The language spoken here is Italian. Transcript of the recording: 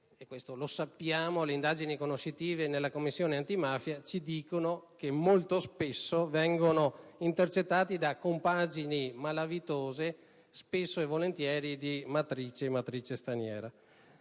del lavoro nero. Le indagini conoscitive della Commissione antimafia ci dicono anche che molto spesso vengono intercettati da compagini malavitose spesso e volentieri di matrice straniera.